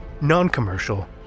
non-commercial